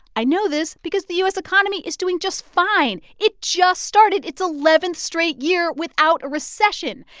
i know this because the u s. economy is doing just fine. it just started its eleventh straight year without a recession.